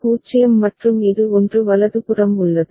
எனவே 1 0 1 எனவே இது 1 சரியானது இது 0 மற்றும் இது 1 வலதுபுறம் உள்ளது